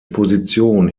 position